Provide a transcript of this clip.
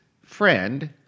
friend